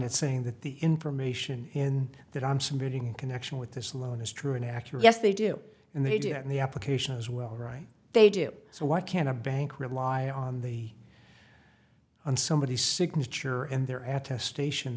it saying that the information in that i'm submitting in connection with this loan is true and accurate yes they do and they do and the application is well right they do so why can't a bank rely on the on somebody signature and they're at a station